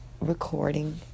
recording